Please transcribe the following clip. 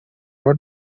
what